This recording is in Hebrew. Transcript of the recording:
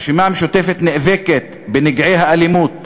הרשימה המשותפת נאבקת בנגעי האלימות,